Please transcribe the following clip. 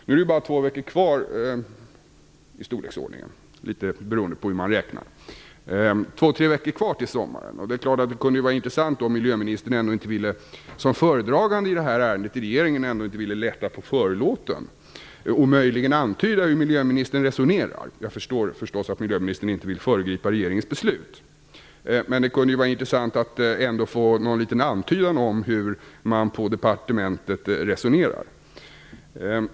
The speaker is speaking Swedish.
Nu är det ju bara ungefär två tre veckor kvar till sommaren, beroende på hur man räknar, och det är klart att det kunde vara intressant om miljöministern, som är föredragande i det här ärendet i regeringen, ville lätta på förlåten och möjligen antyda hur miljöministern resonerar. Jag förstår förstås att miljöministern inte vill föregripa regeringens beslut, men det kunde ju vara intressant att ändå få någon liten antydan om hur man på departementet resonerar.